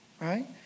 right